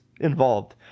involved